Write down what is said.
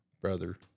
brother